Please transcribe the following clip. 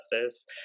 justice